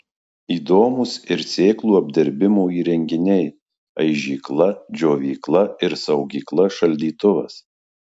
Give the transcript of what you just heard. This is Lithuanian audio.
įdomūs ir sėklų apdirbimo įrenginiai aižykla džiovykla ir saugykla šaldytuvas